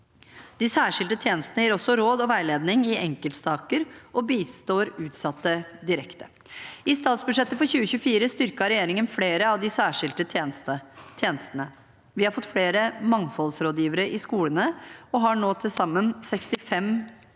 De særskilte tjenestene gir også råd og veiledning i enkeltsaker og bistår utsatte direkte. I statsbudsjettet for 2024 styrket regjeringen flere av de særskilte tjenestene. Vi har fått flere mangfoldsrådgivere i skolene og har nå til sammen 65